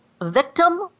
victim